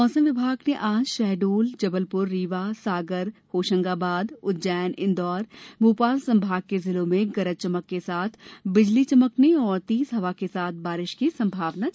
मौसम विभाग ने आज शहडोल जबलपुर रीवा सागर होशंगाबाद उज्जैन इंदौर भोपाल संभाग के जिलों में गरज चमक के साथ बिजली चमकने और तेज हवा के साथ बारिश की संभावना जताई है